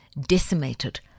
decimated